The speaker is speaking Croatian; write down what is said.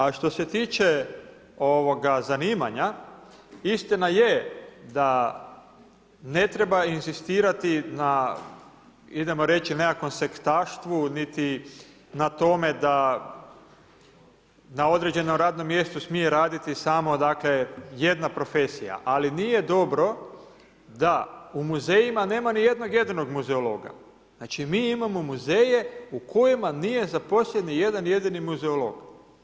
A što se tiče zanimanja, istina je da ne treba inzistirati na idemo reći, nekakvom sektaštvu niti na tome da na određenom radnom mjestu smije raditi samo jedna profesija ali nije dobro da u muzejima nema ni jednog jedinog muzeologa, znači mi imamo muzeje u kojima nije zaposleni ni jedan jedini muzeolog.